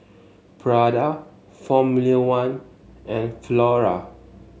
Prada Formula One and Flora